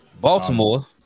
Baltimore